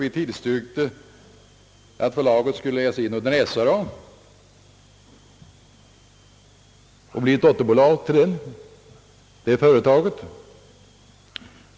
Vi tillstyrkte nämligen att förlaget skulle bli ett dotterbolag till SRA.